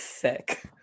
sick